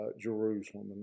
Jerusalem